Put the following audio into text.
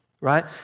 right